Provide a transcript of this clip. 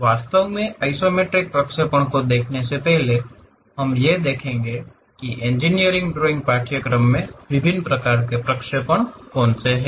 वास्तव में आइसोमेट्रिक प्रक्षेपण को देखने से पहले हम यह देखेंगे कि इंजीनियरिंग ड्राइंग पाठ्यक्रम में विभिन्न प्रकार के प्रक्षेपण कौन कौन से हैं